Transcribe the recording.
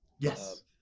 Yes